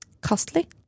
costly